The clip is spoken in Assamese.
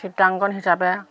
চিত্ৰাংকন হিচাপে